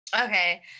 Okay